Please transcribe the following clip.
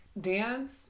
dance